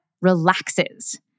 relaxes